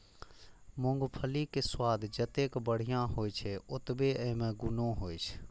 मूंगफलीक स्वाद जतेक बढ़िया होइ छै, ओतबे अय मे गुणो होइ छै